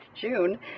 June